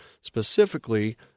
specifically